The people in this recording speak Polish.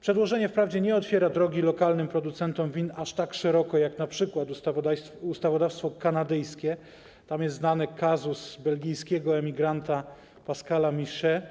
Przedłożenie wprawdzie nie otwiera drogi lokalnym producentom win aż tak szeroko jak np. ustawodawstwo kanadyjskie - tam jest znany kazus belgijskiego emigranta Pascala Miche,